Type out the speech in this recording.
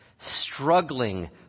struggling